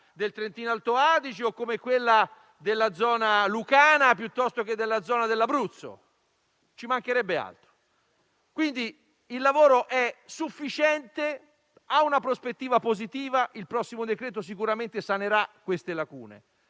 Il lavoro è sufficiente e ha una prospettiva positiva. Il prossimo decreto sicuramente sanerà queste lacune,